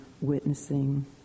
witnessing